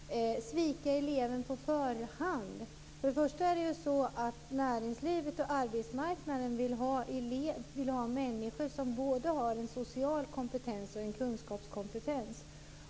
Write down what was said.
Fru talman! Svika eleven på förhand, säger Sofia Jonsson. Näringslivet och arbetsmarknaden vill ha människor som har både en social kompetens och en kunskapskompetens.